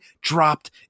dropped